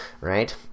right